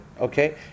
okay